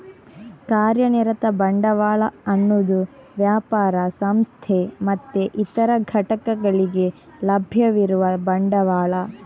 ಕಾರ್ಯನಿರತ ಬಂಡವಾಳ ಅನ್ನುದು ವ್ಯಾಪಾರ, ಸಂಸ್ಥೆ ಮತ್ತೆ ಇತರ ಘಟಕಗಳಿಗೆ ಲಭ್ಯವಿರುವ ಬಂಡವಾಳ